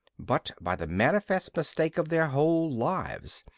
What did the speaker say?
but by the manifest mistake of their whole lives.